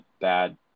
bad –